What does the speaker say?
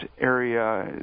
area